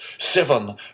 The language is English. Seven